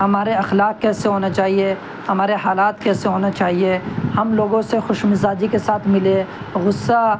ہمارے اخلاق کیسے ہونے چاہیے ہمارے حالات کیسے ہونے چاہیے ہم لوگوں سے خوش مزاجی کے ساتھ ملے غصہ